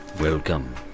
Welcome